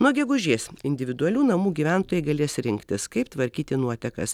nuo gegužės individualių namų gyventojai galės rinktis kaip tvarkyti nuotekas